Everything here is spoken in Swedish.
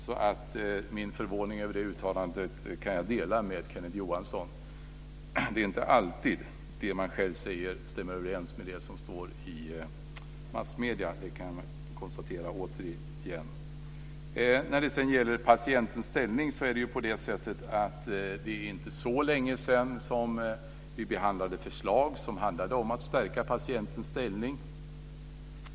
Så min förvåning över det uttalandet kan jag dela med Kenneth Johansson. Det är inte alltid det som man själv säger stämmer överens med det som står i massmedierna. Det kan jag återigen konstatera. Sedan gällde det patientens ställning. Det är inte så länge sedan vi behandlade förslag som handlade om att stärka patientens ställning.